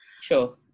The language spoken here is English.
Sure